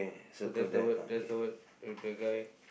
so that's the word that's the word with the guy